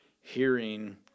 hearing